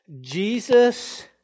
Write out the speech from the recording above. Jesus